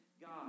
God